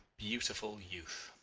beautiful youth.